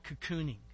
cocooning